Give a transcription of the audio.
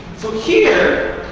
so here,